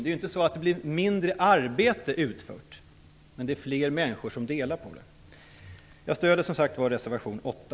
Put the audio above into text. Det är ju inte så att det blir mindre arbete utfört, men det är fler människor som delar på det. Jag stöder som sagt var reservation 8.